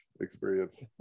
experience